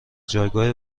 جایگاه